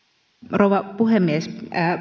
rouva puhemies